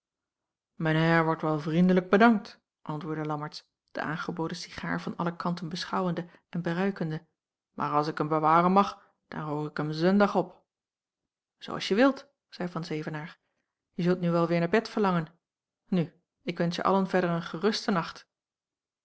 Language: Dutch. heir wordt wel vriendelijk bedankt antwoordde lammertsz den aangeboden cigaar van alle kanten beschouwende en beruikende maar als ik hem bewaren mag dan rook ik hem n zundag op zoo als je wilt zeî van zevenaer je zult nu wel weêr naar bed verlangen nu ik wensch je allen verder een geruste nacht